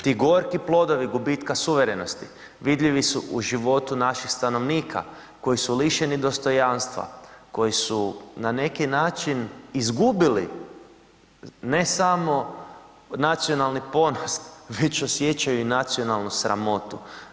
Ti gorki plodovi gubitka suverenosti vidljivi su u životu naših stanovnika koji su lišeni dostojanstva, koji su na neki način izgubili, ne samo nacionalni ponos već osjećaju i nacionalnu sramotu.